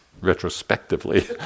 retrospectively